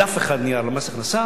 דף נייר אחד למס הכנסה,